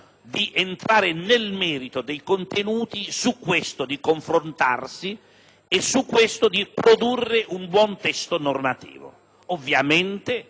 di entrare nel merito dei contenuti, di confrontarsi e di produrre un buon testo normativo. Ovviamente,